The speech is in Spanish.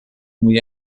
muy